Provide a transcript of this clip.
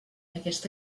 aquest